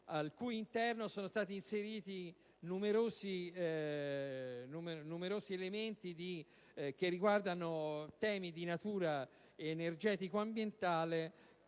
al cui interno sono stati inseriti numerosi elementi che riguardano temi di natura energetico-ambientale